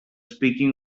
speaking